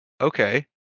Okay